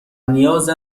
نیاز